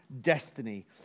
destiny